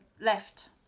left